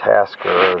Tasker